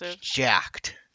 jacked